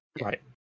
Right